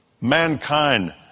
mankind